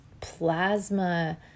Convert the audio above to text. plasma